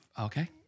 Okay